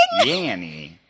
Yanny